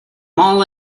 all